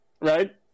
right